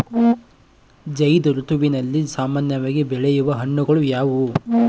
ಝೈಧ್ ಋತುವಿನಲ್ಲಿ ಸಾಮಾನ್ಯವಾಗಿ ಬೆಳೆಯುವ ಹಣ್ಣುಗಳು ಯಾವುವು?